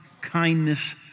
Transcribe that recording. kindness